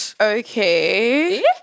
Okay